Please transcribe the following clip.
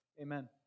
Amen